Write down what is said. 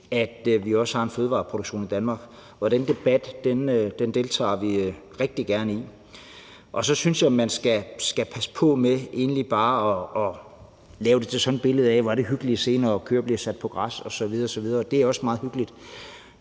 at vi også har en fødevareproduktion i Danmark? Og den debat deltager vi rigtig gerne i. Og så synes jeg egentlig, man skal passe på med bare at lave sådan et billede af, at det er så hyggeligt at se, når køer bliver sat på græs osv. osv. Og det er også meget hyggeligt.